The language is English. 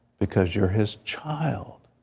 because you are his child.